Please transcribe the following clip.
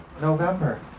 November